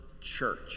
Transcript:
church